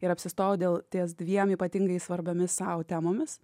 ir apsistojau dėl ties dviem ypatingai svarbiomis sau temomis